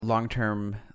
long-term